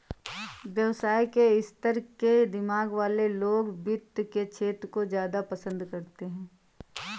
व्यवसाय के स्तर के दिमाग वाले लोग वित्त के क्षेत्र को ज्यादा पसन्द करते हैं